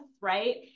right